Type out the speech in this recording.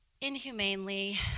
inhumanely